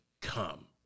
come